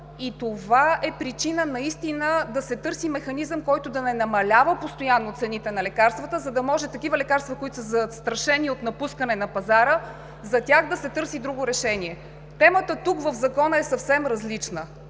Това е причина да се търси механизъм, който да не намалява постоянно цените на лекарствата, за да може за такива лекарства, които са застрашени от напускане на пазара, да се търси друго решение. Темата тук в Закона е съвсем различна